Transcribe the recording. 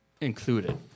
included